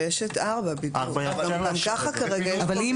יש את תקנה 4. כרגע אין